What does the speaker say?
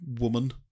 woman